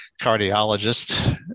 cardiologist